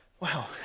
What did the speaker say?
Wow